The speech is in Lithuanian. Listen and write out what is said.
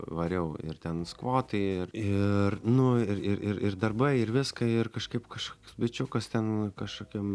variau ir ten skvotai ir ir nu ir ir ir ir darbai ir viską ir kažkaip kašoks bičiukas ten kašokiam